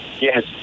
Yes